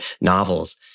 novels